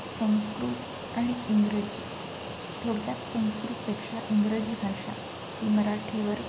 संस्कृत आणि इंग्रजी थोडक्यात संस्कृतपेक्षा इंग्रजी भाषा ही मराठीवर